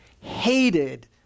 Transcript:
hated